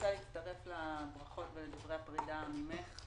אני רוצה להצטרף לברכות ולדברי הברכה ממך.